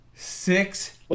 six